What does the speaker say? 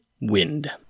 Wind